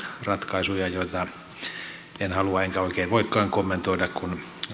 ratkaisuja joita en halua enkä oikein voikaan kommentoida kun